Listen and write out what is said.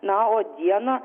na o dieną